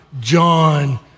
John